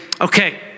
okay